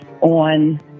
on